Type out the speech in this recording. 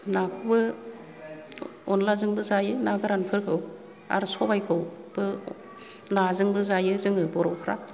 नाखौबो अनलाजोंबो जायो ना गोरानफोरखौ आरो सबाइखौबो नाजोंबो जायो जोङो बर'फ्रा